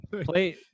play